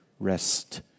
Rest